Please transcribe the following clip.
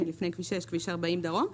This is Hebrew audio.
כביש 40 דרום.